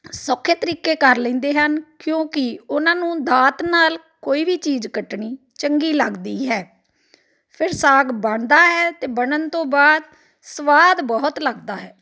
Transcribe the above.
ਸੌਖੇ ਤਰੀਕੇ ਕਰ ਲੈਂਦੇ ਹਨ ਕਿਉਂਕਿ ਉਹਨਾਂ ਨੂੰ ਦਾਤ ਨਾਲ ਕੋਈ ਵੀ ਚੀਜ਼ ਕੱਟਣੀ ਚੰਗੀ ਲੱਗਦੀ ਹੈ ਫਿਰ ਸਾਗ ਬਣਦਾ ਹੈ ਅਤੇ ਬਣਨ ਤੋਂ ਬਾਅਦ ਸਵਾਦ ਬਹੁਤ ਲੱਗਦਾ ਹੈ